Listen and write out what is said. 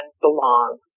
belong